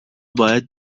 باید